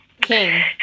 King